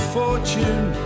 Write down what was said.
fortune